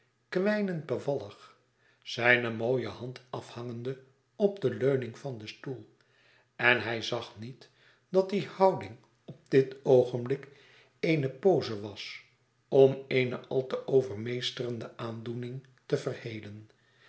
kwijnend bevallig zijne mooie hand afhangende op de leuning van den stoel en hij zag niet dat die houding op dit oogenblik eene pose was om eene al te overmeesterende aandoening te verhelen